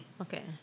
Okay